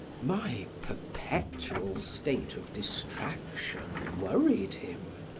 my perpetual state of distraction worried him.